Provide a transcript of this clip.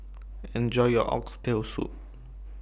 Enjoy your Oxtail Soup